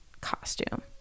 costume